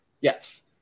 Yes